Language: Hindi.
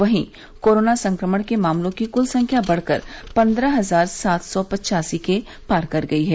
वहीं कोरोना संक्रमण के मामलों की कुल संख्या बढ़कर पंद्रह हजार सात सौ पव्वासी के पार कर गई है